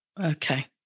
okay